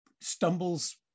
stumbles